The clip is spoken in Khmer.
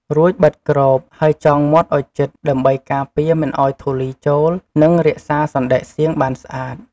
រួចបិទគ្រប ហើយចងមាត់ឱ្យជិត ដើម្បីការពារមិនឱ្យធូលីចូល និងរក្សារសណ្តែកសៀងបានស្អាត។